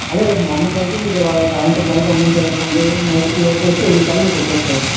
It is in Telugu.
అలాగే రేపు మార్నింగ్ కి అంటే మీరు సాయంత్రం కల్లా పంపించారనుకోండి నైట్ కి లోడ్ చేస్తే ఉదయం కల్లా మీకు వచ్చేస్తాయి